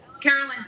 Carolyn